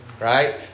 right